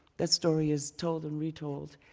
that story is told and retold.